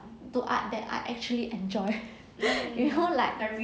to art that I actually enjoy you know like